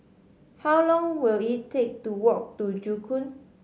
how long will it take to walk to Joo Koon